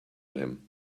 him